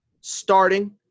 starting